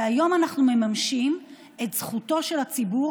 והיום אנחנו מממשים את זכותו של הציבור